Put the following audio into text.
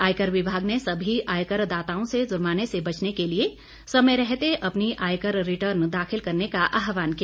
आयकर विभाग ने सभी आयकरदाताओं से जुर्माने से बचने के लिए समय रहते अपनी आयकर रिटर्न दाखिल करने का आहवान किया